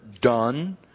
done